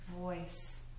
voice